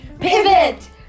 Pivot